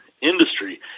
industry